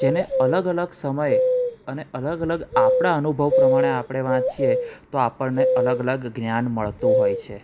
જેને અલગ અલગ સમયે અને અલગ અલગ આપણા અનુભવ પ્રમાણે આપણે વાંચીએ તો આપણને અલગ અલગ જ્ઞાન મળતું હોય છે